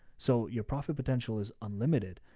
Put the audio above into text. so your profit potential is unlimited,